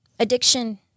Addiction